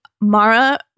Mara